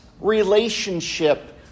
relationship